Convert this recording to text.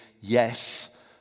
yes